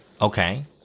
Okay